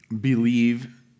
believe